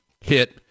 hit